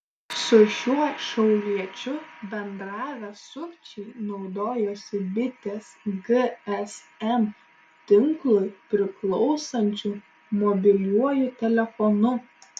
su šiuo šiauliečiu bendravę sukčiai naudojosi bitės gsm tinklui priklausančiu mobiliuoju telefonu